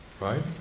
right